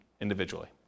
individually